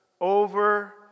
over